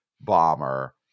bomber